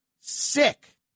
sick